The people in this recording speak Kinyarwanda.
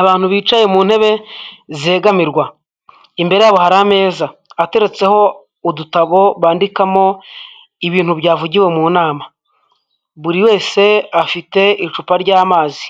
Abantu bicaye mu ntebe zegamirwa, imbere yabo hari ameza ateretseho udutabo bandikamo ibintu byavugiwe mu nama, buri wese afite icupa ry'amazi,